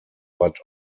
but